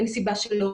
אין סיבה שלא.